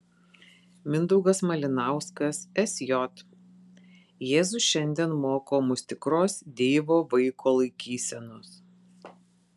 mindaugas malinauskas sj jėzus šiandien moko mus tikros deivo vaiko laikysenos